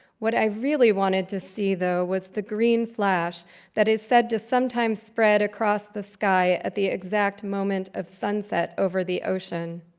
what i really wanted to see, though, was the green flash that is said to sometimes spread across the sky at the exact moment of sunset over the ocean.